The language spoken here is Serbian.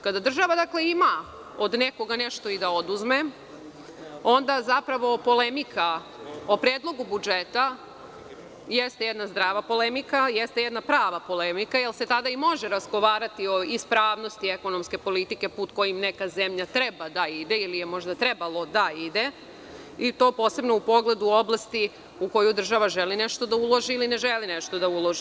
Kada država ima od nekoga nešto i da oduzme, onda zapravo polemika o Predlogu budžeta jeste jedna zdrava polemika, jeste jedna prava polemika jer se tada i može razgovarati o ispravnosti ekonomske politike, put kojim neka zemlja treba da ide ili je možda trebalo da ide, i to posebno u pogledu u oblasti u koju država želi nešto da uloži ili ne želi nešto da uloži.